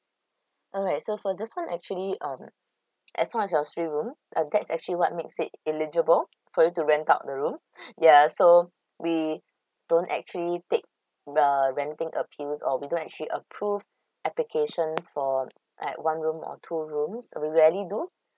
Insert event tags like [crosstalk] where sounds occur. alright so for this one actually um as long as there are three room uh that's actually what makes it eligible for you to rent out the room [breath] yeah so we don't actually take uh renting appeals or we don't actually approved applications for like one room or two rooms we rarely do